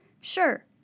Sure